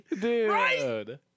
Dude